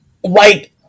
white